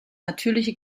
natürliche